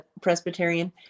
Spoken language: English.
Presbyterian